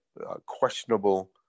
questionable